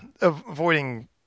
avoiding